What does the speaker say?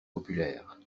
populaire